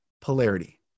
polarity